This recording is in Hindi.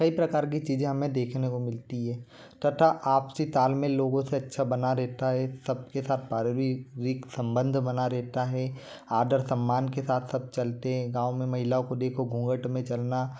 कई प्रकार की चीज़ें हमें देखने को मिलती है तथा आपसी तालमेल लोगों से अच्छा बना रहता है सबके साथ पारिवारिक संबंध बना रहता है आदर सम्मान के साथ साथ चलते हैं गाँव में महिलओं को देखो घुंघट में चलना